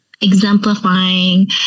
exemplifying